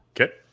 Okay